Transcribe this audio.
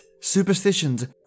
superstitions